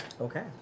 Okay